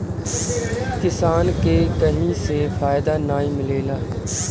किसान के कहीं से फायदा नाइ मिलेला